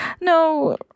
No